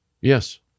Yes